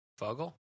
Fuggle